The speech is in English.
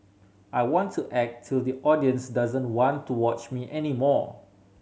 I want to act till the audience doesn't want to watch me any more